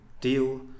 deal